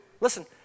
Listen